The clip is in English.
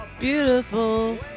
Beautiful